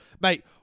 Mate